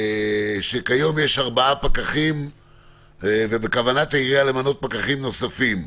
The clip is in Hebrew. שכיום יש ארבעה פקחים ובכוונת העירייה למנות פקחים נוספים.